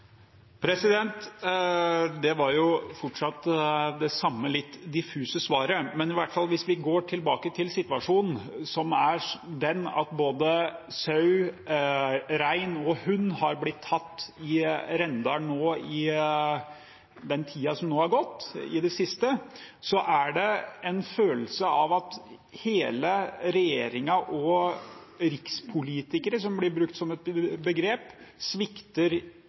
Det var fortsatt det samme litt diffuse svaret. Hvis vi går tilbake til det som er situasjonen, at både sau, rein og hund har blitt tatt i Rendalen i den siste tiden, er det en følelse av at hele regjeringen og rikspolitikere, som blir brukt som et begrep, svikter